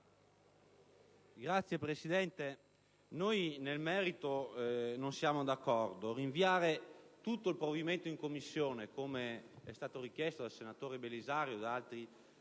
Signor Presidente, noi nel merito non siamo d'accordo. Rinviare tutto il provvedimento in Commissione, com'è stato richiesto dal senatore Belisario e da altri